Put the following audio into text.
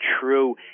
true